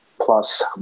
Plus